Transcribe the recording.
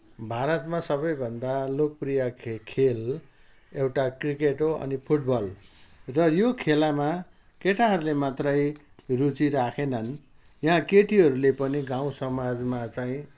भारतमा सबैभन्दा लोकप्रिय खे खेल एउटा क्रिकेट हो अनि फुटबल र यो खेलामा केटाहरूले मात्रै रुचि राखेनन् यहाँ केटीहरूले पनि गाउँ समाजमा चाहिँ